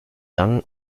lang